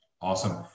awesome